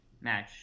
match